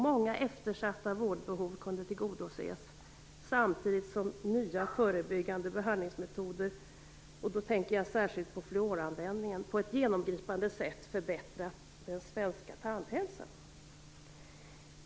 Många eftersatta vårdbehov kunde tillgodoses, och samtidigt har nya förebyggande behandlingsmetoder - jag tänker särskilt på fluoranvändningen - på ett genomgripande sätt förbättrat den svenska tandhälsan.